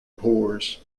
pours